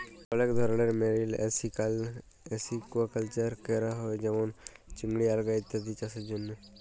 অলেক ধরলের marine aquaculture ক্যরা হ্যয়ে যেমল চিংড়ি, আলগা ইত্যাদি চাসের জন্হে